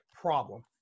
problem